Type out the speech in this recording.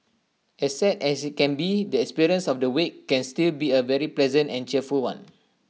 as sad as IT can be the experience of the wake can still be A very pleasant and cheerful one